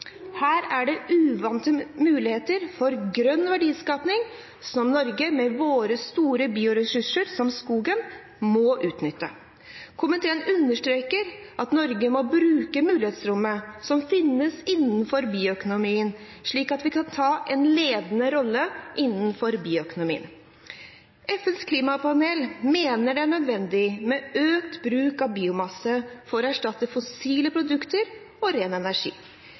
Her er det uante muligheter for grønn verdiskaping, som Norge med våre store bioressurser, som skogen, må utnytte. Komiteen understreker at Norge må bruke mulighetsrommet som finnes innenfor bioøkonomien, slik at vi kan ta en ledende rolle innenfor bioøkonomien. FNs klimapanel mener det er nødvendig med økt bruk av biomasse for å erstatte fossile produkter og ren energi.